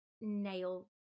nail